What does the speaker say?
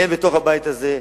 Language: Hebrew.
הן בתוך הבית הזה,